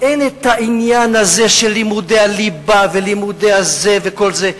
אין העניין הזה של לימודי הליבה ולימודי הזה וכל זה,